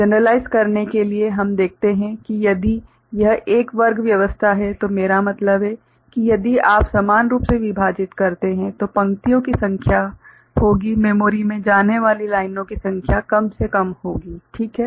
generalise करने के लिए हम देखते हैं कि यदि यह एक वर्ग व्यवस्था है तो मेरा मतलब है कि यदि आप समान रूप से विभाजित करते हैं तो पंक्तियों की संख्या होगी - मेमोरीमें जाने वाली लाइनो की संख्या कम से कम होगी ठीक है